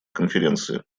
конференции